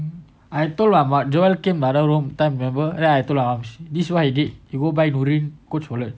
I told about joel came my room other time remember then I told um this is what I did you go buy durian go swallow